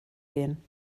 gehen